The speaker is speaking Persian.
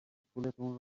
پولتون